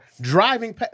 driving